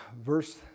verse